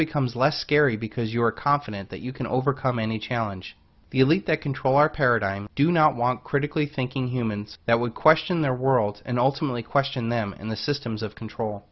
becomes less scary because you are confident that you can overcome any challenge the elite that control our paradigm do not want critically thinking humans that would question their world and ultimately question them in the systems of control